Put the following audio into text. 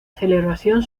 celebración